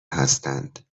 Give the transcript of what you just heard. هستند